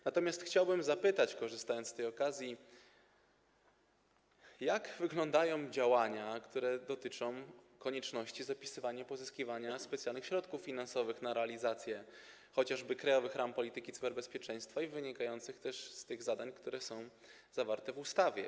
Natomiast chciałbym zapytać, korzystając z tej okazji, jak wyglądają działania, które dotyczą konieczności zapisywania i pozyskiwania specjalnych środków finansowych na realizację chociażby krajowych ram polityki cyberbezpieczeństwa i wynikających też z tego zadań, które są ujęte w ustawie.